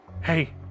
Hey